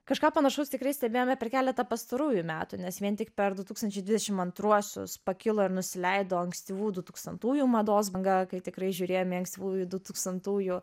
kažką panašaus tikrai stebėjome per keletą pastarųjų metų nes vien tik per du tūkstančiai dvidešim antruosius pakilo ir nusileido ankstyvų du tūkstantųjų mados banga kai tikrai žiūrėjome į ankstyvųjų du tūkstantųjų